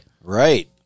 Right